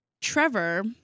Trevor